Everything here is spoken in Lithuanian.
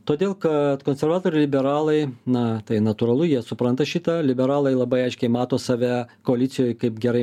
todėl kad konservatoriai liberalai na tai natūralu jie supranta šitą liberalai labai aiškiai mato save koalicijoj kaip gerai